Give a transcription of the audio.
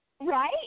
Right